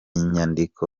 nyandiko